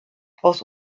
aus